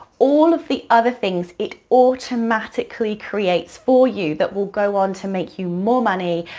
all of the other things, it automatically creates for you that will go on to make you more money,